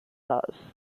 house